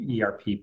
ERP